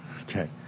Okay